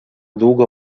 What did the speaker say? długo